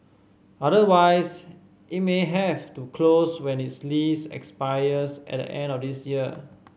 otherwise it may have to close when its lease expires at the end of this year